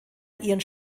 ihren